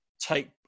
take